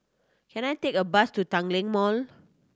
can I take a bus to Tanglin Mall